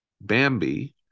Bambi